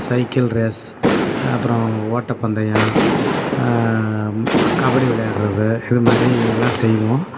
cycle race அப்புறம் ஓட்ட பந்தயம் ம கபடி விளையாடுறது இது மாதிரி எல்லாம் செய்வோம்